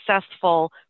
successful